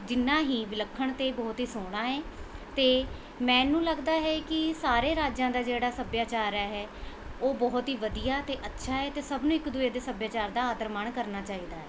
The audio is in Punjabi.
ਜਿੰਨਾ ਹੀ ਵਿਲੱਖਣ ਅਤੇ ਬਹੁਤ ਹੀ ਸੋਹਣਾ ਹੈ ਅਤੇ ਮੈਨੂੰ ਲੱਗਦਾ ਹੈ ਕਿ ਸਾਰੇ ਰਾਜਾਂ ਦਾ ਜਿਹੜਾ ਸੱਭਿਆਚਾਰ ਹੈ ਉਹ ਬਹੁਤ ਹੀ ਵਧੀਆ ਅਤੇ ਅੱਛਾ ਹੈ ਅਤੇ ਸਭ ਨੂੰ ਇੱਕ ਦੂਜੇ ਦੇ ਸੱਭਿਆਚਾਰ ਦਾ ਆਦਰ ਮਾਣ ਕਰਨਾ ਚਾਹੀਦਾ ਹੈ